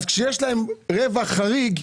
אז כשיש להם רווח חריג,